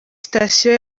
sitasiyo